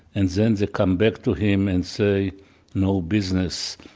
and then they come back to him and say no business.